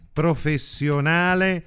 professionale